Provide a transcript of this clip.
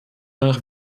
nach